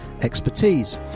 expertise